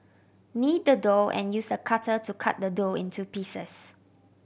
knead the dough and use a cutter to cut the dough into pieces